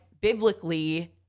biblically